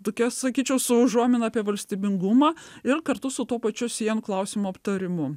tokia sakyčiau su užuomina apie valstybingumą ir kartu su tuo pačius siem klausimo aptarimu